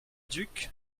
duc